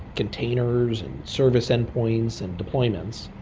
containers and service endpoints and deployments.